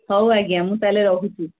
ହଉ ଆଜ୍ଞା ମୁଁ ତାହେଲେ ରହୁଛି